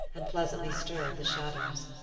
and pleasantly stirred the shadows.